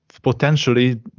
Potentially